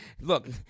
look